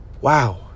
Wow